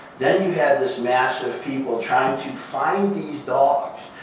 then you had this mass of people trying to find these dogs.